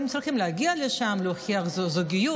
אתם צריכים להגיע לשם להוכיח זוגיות